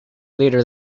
later